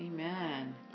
Amen